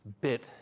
bit